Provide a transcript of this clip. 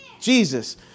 Jesus